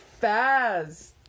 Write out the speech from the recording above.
fast